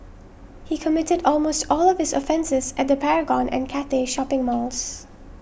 he committed almost all of his offences at the Paragon and Cathay shopping malls